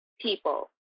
people